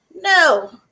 no